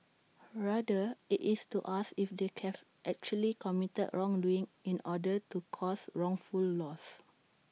rather IT is to ask if they actually committed wrongdoing in order to cause wrongful loss